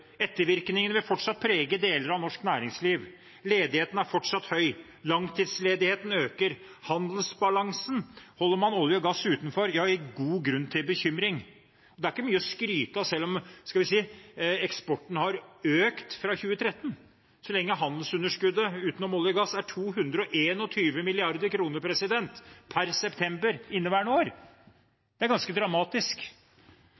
ettervirkningene vil fortsatt prege deler av norsk næringsliv, ledigheten er fortsatt høy, langtidsledigheten øker, og handelsbalansen, om man holder olje og gass utenfor, gir god grunn til bekymring. Det er ikke mye å skryte av – selv om eksporten har økt fra 2013 – så lenge handelsunderskuddet, utenom olje og gass, er 221 mrd. kr per september inneværende år. Det er ganske dramatisk, og